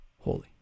holy